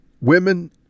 women